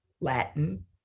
Latin